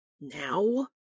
Now